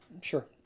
sure